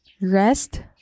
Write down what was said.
Rest